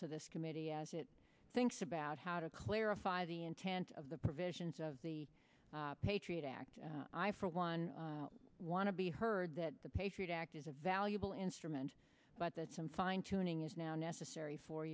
to this committee as it thinks about how to clarify the intent of the provisions of the patriot act i for one want to be heard that the patriot act is a valuable instrument but that some fine tuning is now necessary fo